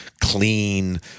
clean